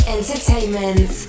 Entertainment